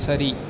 சரி